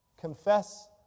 Confess